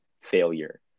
failure